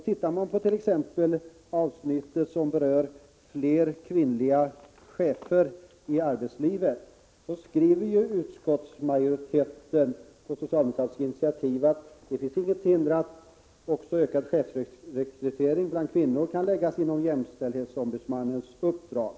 Tittar man t.ex. på avsnittet som berör flera kvinnliga chefer i arbetslivet, finner man att utskottsmajoriteten — på socialdemokratiskt initiativ — skriver att det inte finns något hinder för att också ökad chefsrekrytering bland kvinnor kan läggas till jämställdhetsombudsmannens uppdrag.